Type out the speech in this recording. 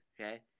okay